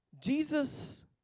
Jesus